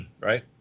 right